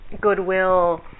goodwill